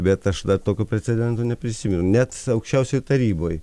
bet aš dar tokio precedento neprisimenu net aukščiausioj taryboj